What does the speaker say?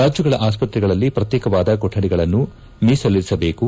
ರಾಜ್ಗಳ ಆಸ್ಪತ್ರೆಗಳಲ್ಲಿ ಪ್ರತ್ಯೇಕವಾದ ಕೊಠಡಿಗಳನ್ನು ಮೀಸಲಿರಿಸಬೇಕು